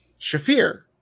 Shafir